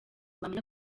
bamenya